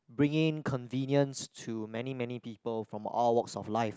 bringing convenience to many many people from all walks of life